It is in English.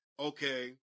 okay